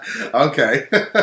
Okay